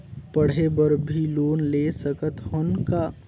पढ़े बर भी लोन ले सकत हन का?